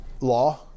law